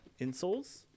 insoles